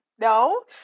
No